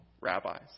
rabbis